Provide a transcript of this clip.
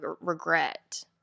regret